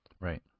Right